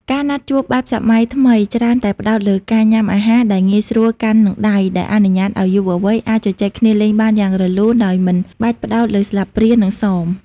ការណាត់ជួបបែបសម័យថ្មីច្រើនតែផ្ដោតលើការញ៉ាំអាហារដែលងាយស្រួលកាន់នឹងដៃ ដែលអនុញ្ញាតឱ្យយុវវ័យអាចជជែកគ្នាលេងបានយ៉ាងរលូនដោយមិនបាច់ផ្ដោតលើស្លាបព្រានិងសម។